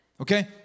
Okay